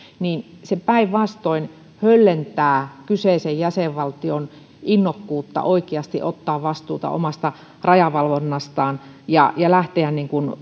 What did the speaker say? se päinvastoin höllentää kyseisen jäsenvaltion innokkuutta oikeasti ottaa vastuuta omasta rajavalvonnastaan ja ja lähteä